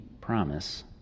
promise